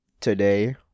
today